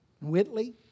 Whitley